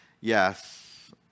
Yes